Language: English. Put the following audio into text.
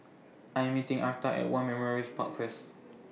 I'm meeting Arta At War Memorials Park First